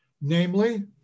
namely